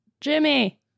Jimmy